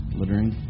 littering